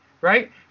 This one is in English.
right